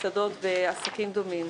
מסעדות ועסקים דומים.